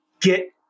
Get